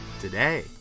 today